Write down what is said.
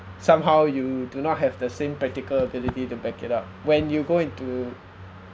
somehow you do not have the same practical ability to back it up when you go into